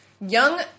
Young